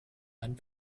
einen